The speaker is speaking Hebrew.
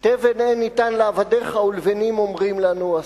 תבן אין ניתן לעבדיך ולבנים אומרים לנו עשו.